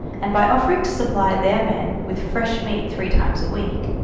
and by offering to supply their men with fresh meat three times a week,